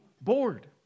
bored